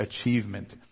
achievement